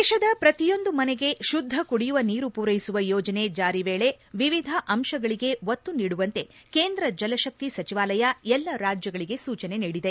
ದೇಶದ ಪ್ರತಿಯೊಂದು ಮನೆಗೆ ಶುದ್ದ ಕುಡಿಯುವ ನೀರು ಪೂರೈಸುವ ಯೋಜನೆ ಜಾರಿ ವೇಳೆ ವಿವಿಧ ಅಂಶಗಳಿಗೆ ಒತ್ತು ನೀಡುವಂತೆ ಕೇಂದ್ರ ಜಲಶಕ್ತಿ ಸಚಿವಾಲಯ ಎಲ್ಲ ರಾಜ್ಯಗಳಿಗೆ ಸೂಚನೆ ನೀಡಿದೆ